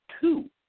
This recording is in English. two